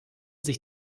sich